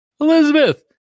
Elizabeth